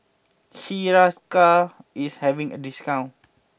Hiruscar is having a discount